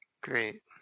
Great